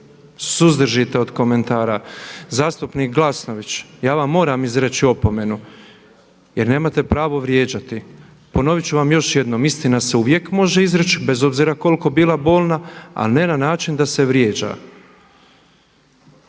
suzdržite od komentara. Zastupnik Glasnović, ja vam moram izreći opomenu jer nemate pravo vrijeđati. Ponovit ću vam još jednom. Istina se uvijek može izreći bez obzira koliko bila bolna, ali ne na način da se vrijeđa.